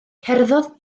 cerddodd